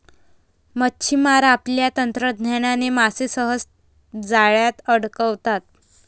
मच्छिमार आपल्या तंत्रज्ञानाने मासे सहज जाळ्यात अडकवतात